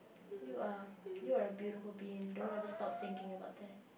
you are you are a beautiful being don't ever stop thinking about that